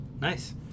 Nice